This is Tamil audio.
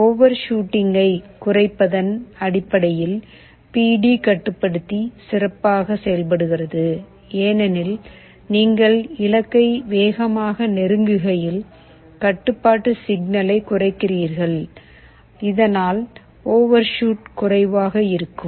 ஓவர்ஷூட்டைக் குறைப்பதன் அடிப்படையில் பி டி கட்டுப்படுத்தி சிறப்பாக செயல்படுகிறது ஏனெனில் நீங்கள் இலக்கை வேகமாக நெருங்குகையில் கட்டுப்பாட்டு சிக்னலை குறைக்கிறீர்கள் இதனால் ஓவர்ஷூட் குறைவாக இருக்கும்